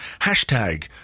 Hashtag